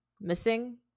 missing